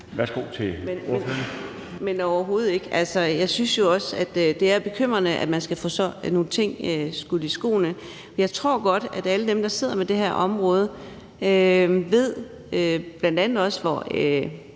Værsgo til ordføreren.